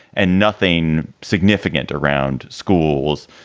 and nothing significant around schools